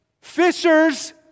fishers